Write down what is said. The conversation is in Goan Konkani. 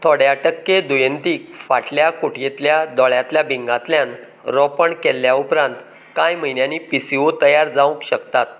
थोड्या टक्के दुयेंतींक फाटल्या कोठयेंतल्या दोळ्यांतल्या भिंगांतल्यान रोपण केल्या उपरांत कांय म्हयन्यांनी पीसीओ तयार जावंक शकतात